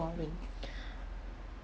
boring